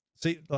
See